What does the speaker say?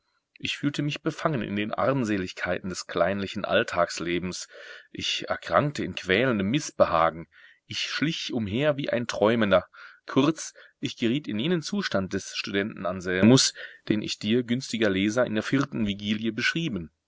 ich fühlte mich befangen in den armseligkeiten des kleinlichen alltagslebens ich erkrankte in quälendem mißbehagen ich schlich umher wie ein träumender kurz ich geriet in jenen zustand des studenten anselmus den ich dir günstiger leser in der vierten vigilie beschrieben